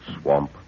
swamp